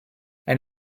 ein